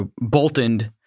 bolted